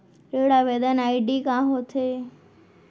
ऋण आवेदन आई.डी का होत हे?